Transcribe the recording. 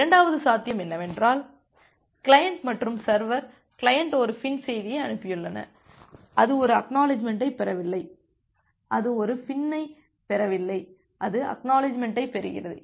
இரண்டாவது சாத்தியம் என்னவென்றால் கிளையன்ட் மற்றும் சர்வர் கிளையன்ட் ஒரு FIN செய்தியை அனுப்பியுள்ளன அது ஒரு ACK ஐப் பெறவில்லை அது ஒரு FIN ஐப் பெறவில்லை அது ACK ஐப் பெறுகிறது